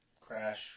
crash